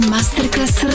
Masterclass